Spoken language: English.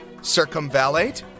circumvallate